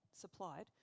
supplied